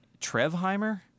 Trevheimer